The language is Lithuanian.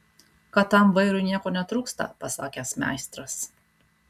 kad tam vairui nieko netrūksta pasakęs meistras